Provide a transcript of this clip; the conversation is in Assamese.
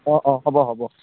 অঁ অঁ হ'ব হ'ব